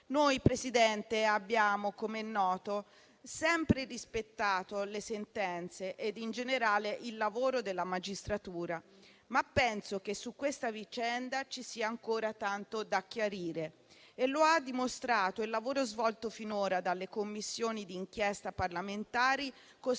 Noi, Presidente, abbiamo, come è noto, sempre rispettato le sentenze ed in generale il lavoro della magistratura, ma penso che su questa vicenda ci sia ancora tanto da chiarire. Lo ha dimostrato il lavoro svolto finora dalle Commissioni di inchiesta parlamentari costituite